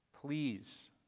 Please